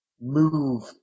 move